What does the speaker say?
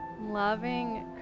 loving